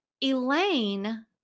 Elaine